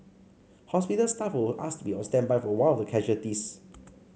hospital staff were asked to be on standby for one of the casualties